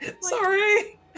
Sorry